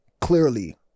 clearly